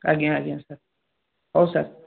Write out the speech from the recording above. ଆଜ୍ଞା ଆଜ୍ଞା ସାର୍ ହଉ ସାର୍